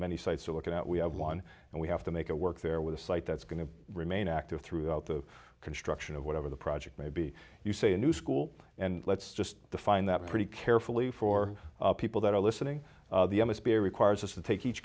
many sites are looking at we have one and we have to make a work there with a site that's going to remain active throughout the construction of whatever the project may be you say a new school and let's just find that pretty carefully for people that are listening the m s b requires us to take each